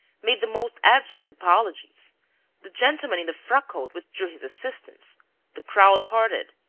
made the most abject apologies the gentleman in the frock-coat withdrew his assistance the crowd parted,